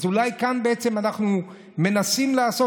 אז אולי כאן בעצם אנחנו מנסים לעשות